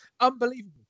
unbelievable